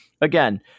again